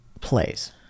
plays